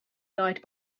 died